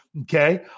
Okay